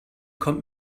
kommt